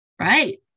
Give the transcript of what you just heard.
Right